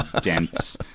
dense